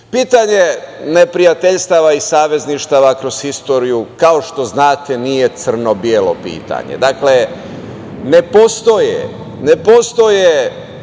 neprijateljstava i savezništava kroz istoriju, kao što znate nije crno-belo pitanje. Dakle, ne postoje u politici,